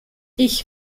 ich